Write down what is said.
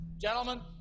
Gentlemen